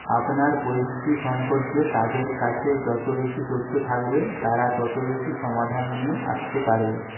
আপনার পরিস্থিতি সম্পর্কে তাদের কাছে যত বেশি তথ্য থাকবে তারা তত বেশি সমাধান নিয়ে আসতে পারবে